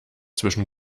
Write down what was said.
zwischen